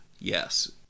Yes